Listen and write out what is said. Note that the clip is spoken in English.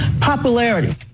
popularity